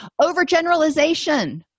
Overgeneralization